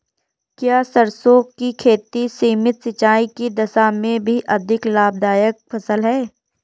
क्या सरसों की खेती सीमित सिंचाई की दशा में भी अधिक लाभदायक फसल है?